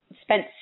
spent